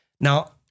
Now